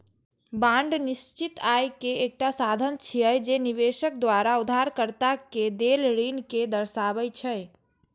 bond निश्चित आय के एकटा साधन छियै, जे निवेशक द्वारा उधारकर्ता कें देल ऋण कें दर्शाबै छै